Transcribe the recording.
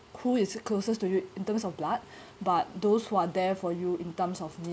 who is closest to you in terms of blood but those who are there for you in terms of need